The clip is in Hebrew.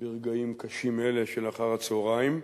ברגעים קשים אלה של אחר-הצהריים,